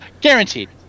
Guaranteed